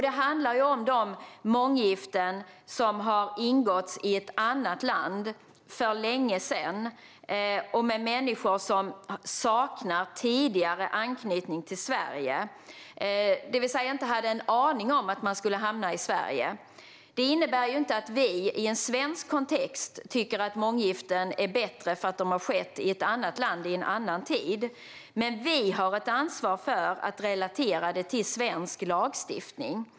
Det handlar om månggiften som har ingåtts i ett annat land för länge sedan, med människor som saknar tidigare anknytning till Sverige. De hade alltså ingen aning om att de så småningom skulle hamna i Sverige. Detta innebär inte att vi i en svensk kontext tycker att månggiften är bättre för att de har skett i ett annat land och i en annan tid. Men vi har ett ansvar för att relatera detta till svensk lagstiftning.